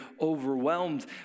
overwhelmed